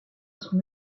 son